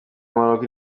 maroc